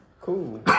cool